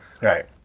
Right